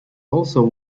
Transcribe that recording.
also